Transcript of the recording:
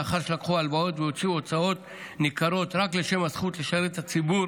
לאחר שלקחו הלוואות והוציאו הוצאות ניכרות רק לשם הזכות לשרת את הציבור,